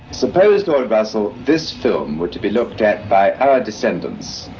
suppose, lord russell, this film were to be looked at by our descendants,